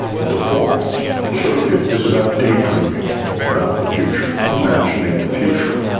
the default circuit is about daydreaming about the future, imagining the future.